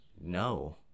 No